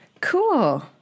Cool